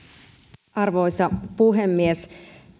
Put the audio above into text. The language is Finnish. arvoisa puhemies